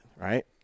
right